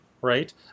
Right